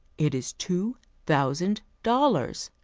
it is two thousand dollars!